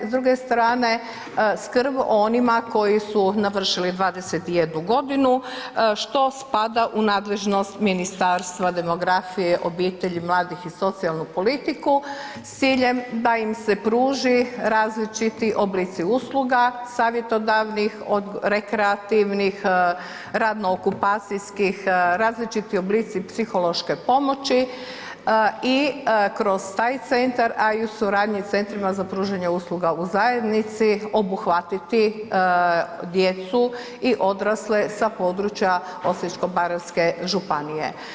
S druge strane skrb o onima koji su navršili 21 godinu, što spada u nadležnost Ministarstva demografije, obitelji, mladih i socijalnu politiku, s ciljem da im se pruži različiti oblici usluga savjetodavnih, od rekreativnih, radno okupacijskih, različiti oblici psihološke pomoći i kroz taj centar, a i u suradnji s centrima za pružanje usluga u zajednici, obuhvatiti djecu i odrasle sa područja Osječko-baranjske županije.